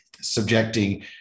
subjecting